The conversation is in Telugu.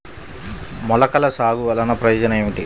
మొలకల సాగు వలన ప్రయోజనం ఏమిటీ?